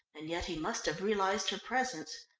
and yet he must have realised her presence,